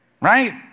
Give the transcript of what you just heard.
right